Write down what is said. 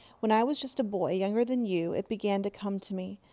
when i was just a boy, younger than you, it began to come to me.